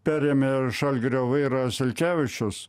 perėmė žalgirio vairą sulkevičius